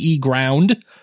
ground